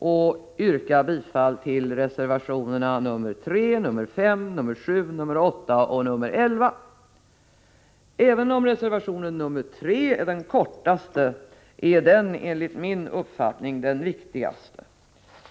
Jag yrkar bifall till reservationerna 3, 5, 7, 8 och 1. Även om reservation 3 är den kortaste är den enligt min uppfattning den viktigaste.